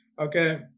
Okay